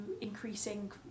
increasing